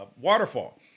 waterfall